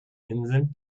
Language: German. inseln